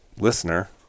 listener